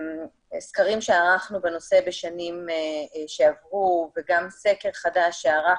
סקרים שערכנו בנושא בשנים שעברו וגם סקר חדש שערכנו,